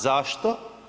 Zašto?